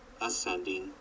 Ascending